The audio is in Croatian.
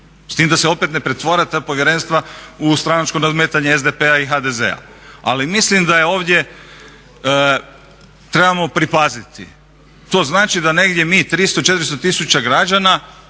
S time da se opet ne pretvore ta povjerenstva u stranačko nadmetanje SDP-a i HDZ-a. Ali mislim da je ovdje, trebamo pripaziti, to znači da negdje mi 300, 400 tisuća građana